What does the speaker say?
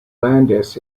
landis